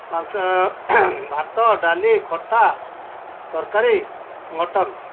ପାଞ୍ଚ ଭାତ ଡାଲି ଖଟା ତରକାରୀ ମଟନ୍